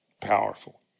Powerful